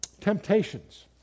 temptations